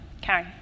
Carrie